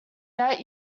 that